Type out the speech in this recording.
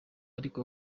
ariko